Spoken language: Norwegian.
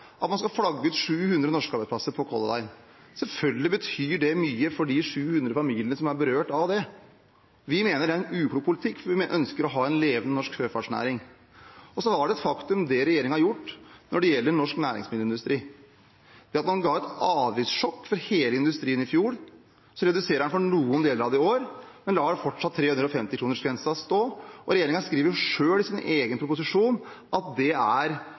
at man skal flagge ut 700 norske arbeidsplasser i Color Line. Selvfølgelig betyr det mye for de 700 familiene som er berørt av det. Vi mener det er en uklok politikk, for vi ønsker å ha en levende norsk sjøfartsnæring. Det er også et faktum det regjeringen har gjort når det gjelder norsk næringsmiddelindustri: Man ga et avgiftssjokk til hele industrien i fjor, så reduserer man for noen deler av den i år, men lar fortsatt 350-kronersgrensen stå. Regjeringen skriver selv, i sin egen proposisjon, at det er